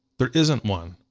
there isn't one.